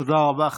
תודה רבה.